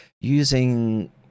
using